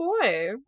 boy